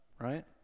right